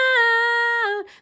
out